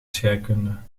scheikunde